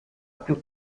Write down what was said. più